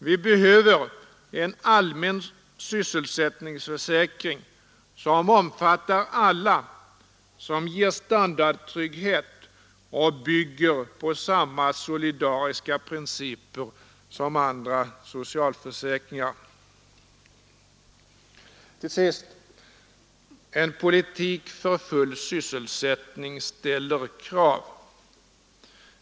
Vi behöver en allmän sysselsättningsförsäkring som omfattar alla, som ger standardtrygghet och bygger på samma solidariska principer som andra socialförsäkringar. Till sist: En politik för full sysselsättning ställer krav.